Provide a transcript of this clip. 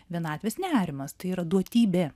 vienatvės nerimas tai yra duotybė